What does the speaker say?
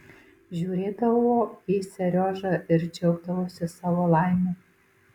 žiūrėdavo į seriožą ir džiaugdavosi savo laime